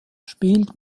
spielt